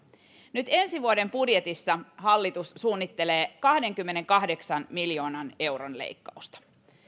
nyt ensi vuoden budjetissa hallitus suunnittelee kahdenkymmenenkahdeksan miljoonan euron leikkausta